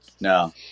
No